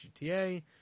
GTA